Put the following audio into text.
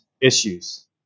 issues